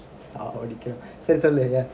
சாவடிக்கறான்சரிசொல்லு:savadikkaraan sari sollu ya